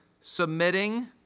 submitting